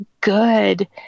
good